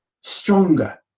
stronger